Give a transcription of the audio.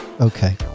Okay